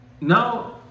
Now